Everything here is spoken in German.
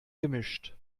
gemischt